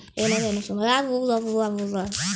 post office ನಾಗ್ ಹತ್ತ ಹತ್ತ ಸಾವಿರ್ದು ಎರಡು ಬಾಂಡ್ ತೊಗೊಂಡೀನಿ